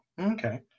Okay